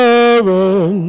Heaven